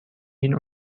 hin